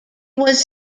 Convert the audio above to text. was